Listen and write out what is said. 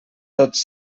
tots